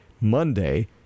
Monday